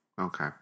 okay